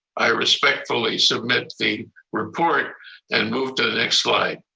i respectfully submit the report and move to the next slide,